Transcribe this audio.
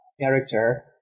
character